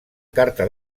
carta